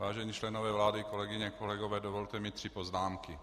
Vážení členové vlády, kolegyně, kolegové, dovolte mi tři poznámky.